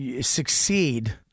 succeed